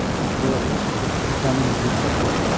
ᱱᱤᱛᱚᱜ ᱵᱷᱤᱴᱟᱢᱤᱱ ᱦᱮᱡ ᱠᱟᱛᱮᱫ